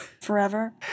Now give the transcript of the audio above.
forever